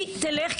היא תלך.